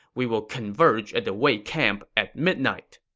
we will converge at the wei camp at midnight.